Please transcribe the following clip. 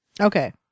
Okay